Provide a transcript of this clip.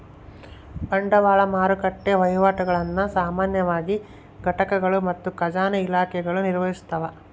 ಬಂಡವಾಳ ಮಾರುಕಟ್ಟೆ ವಹಿವಾಟುಗುಳ್ನ ಸಾಮಾನ್ಯವಾಗಿ ಘಟಕಗಳು ಮತ್ತು ಖಜಾನೆ ಇಲಾಖೆಗಳು ನಿರ್ವಹಿಸ್ತವ